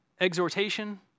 exhortation